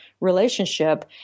relationship